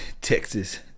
Texas